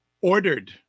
ordered